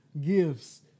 gifts